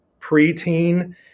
preteen